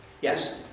Yes